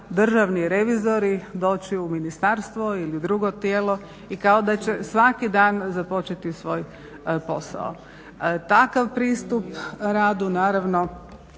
državni revizori doći u Ministarstvo ili u drugo tijelo i kao da će svaki dan započeti svoj posao. Takav pristup radu naravno